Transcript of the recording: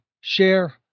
share